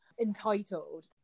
entitled